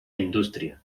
industria